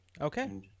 okay